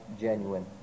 genuine